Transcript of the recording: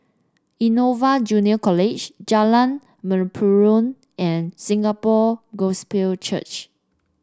Innova Junior College Jalan Mempurong and Singapore Gospel Church